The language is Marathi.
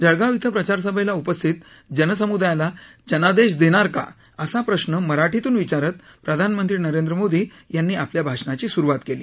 जळगाव इथं प्रचारसभेला उपस्थित जनसमुदायाला जनादेश देणार का असा प्रश्न मराठीतून विचारत प्रधानमंत्री नरेंद्र मोदी यांनी आपल्या भाषणाची सुरुवात केली